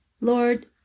Lord